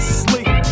sleep